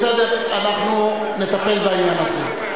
בסדר, אנחנו נטפל בעניין הזה.